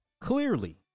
Clearly